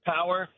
power